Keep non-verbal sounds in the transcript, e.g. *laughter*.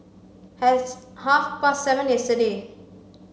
*unintelligible* half past seven yesterday